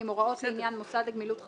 הוראות לעניין מוסד לגמילות חסדים,